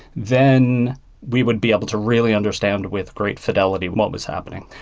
then we would be able to really understand with great fidelity what was happening.